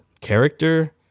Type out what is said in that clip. character